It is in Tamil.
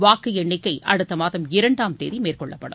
வாக்கு எண்ணிக்கை அடுத்த மாதம் இரண்டாம் தேதி மேற்கொள்ளப்படும்